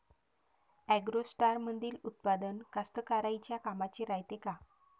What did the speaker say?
ॲग्रोस्टारमंदील उत्पादन कास्तकाराइच्या कामाचे रायते का?